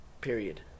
period